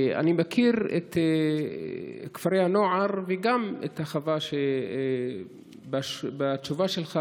אני מכיר את כפרי הנוער וגם את החווה שציינת בתשובתך,